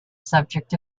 subject